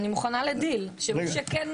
אני מוכנה לדיל, מי שכן